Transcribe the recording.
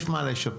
יש מה לשפר.